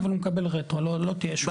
אצלנו הוא מקבל רטרו, לא תהיה שום בעיה.